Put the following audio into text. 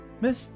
Miss